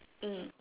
mm